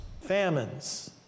famines